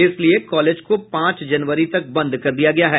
इसलिए कॉलेज को पांच जनवरी तक बंद कर दिया गया है